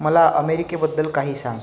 मला अमेरिकेबद्दल काही सांग